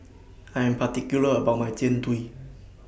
I Am particular about My Jian Dui